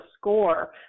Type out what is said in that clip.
score